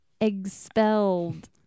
Expelled